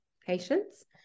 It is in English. patients